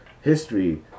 history